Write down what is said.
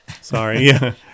sorry